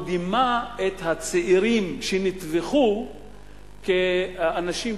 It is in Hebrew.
הוא דימה את הצעירים שנטבחו כאנשים,